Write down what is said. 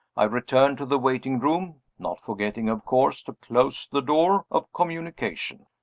i returned to the waiting-room, not forgetting of course to close the door of communication.